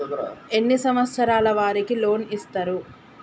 ఎన్ని సంవత్సరాల వారికి లోన్ ఇస్తరు?